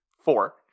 Four